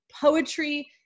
poetry